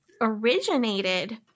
originated